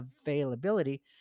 availability